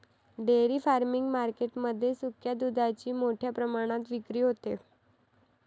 dairy farming market मध्ये सुक्या दुधाची मोठ्या प्रमाणात विक्री होते